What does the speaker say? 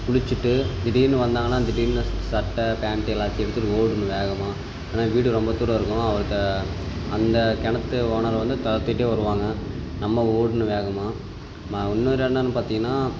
குளிச்சுட்டு திடீரெனு வந்தாங்கன்னால் திடீர்னு சட்டை பேண்ட்டு எல்லாத்தையும் எடுத்துகிட்டு ஓடணும் வேகமாக ஏன்னால் வீடு ரொம்ப தூரம் இருக்குமா அவர் இந்த அந்த கிணத்து ஓனரு வந்து துரத்திட்டே வருவாங்க நம்ம ஓடணும் வேகமாக மா இன்னொரு என்னென்னு பார்த்தீங்கன்னா